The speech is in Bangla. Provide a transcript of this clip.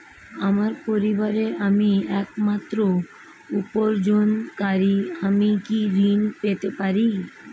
আমার পরিবারের আমি একমাত্র উপার্জনকারী আমি কি ঋণ পেতে পারি?